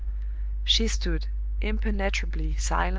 she stood impenetrably silent,